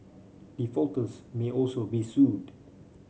defaulters may also be sued